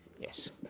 yes